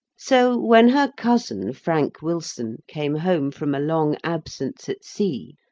so when her cousin, frank wilson, came home from a long absence at sea,